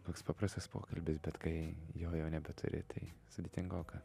toks paprastas pokalbis bet kai jo jau nebeturi tai sudėtingoka